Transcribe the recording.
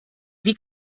wie